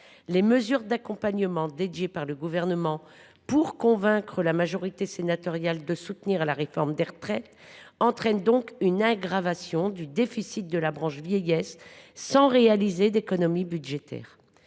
Les mesures d’accompagnement imaginées par le Gouvernement pour convaincre la majorité sénatoriale de soutenir la réforme des retraites entraînent donc une aggravation du déficit de la branche vieillesse sans permettre d’économies budgétaires.